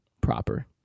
proper